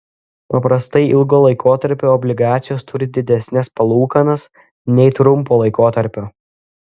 paprastai ilgo laikotarpio obligacijos turi didesnes palūkanas nei trumpo laikotarpio